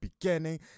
beginning